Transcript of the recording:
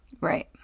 right